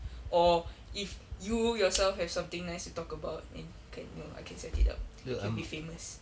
or if you yourself have something nice to talk about and can you know I can set it up you can be famous